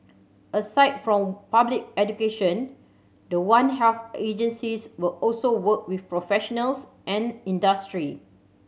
aside from public education the One Health agencies will also work with professionals and industry